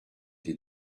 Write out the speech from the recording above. des